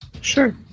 Sure